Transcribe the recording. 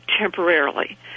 temporarily